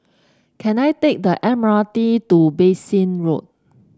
can I take the M R T to Bassein Road